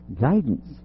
guidance